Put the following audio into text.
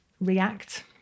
react